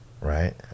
right